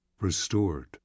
Restored